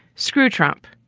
screw trump.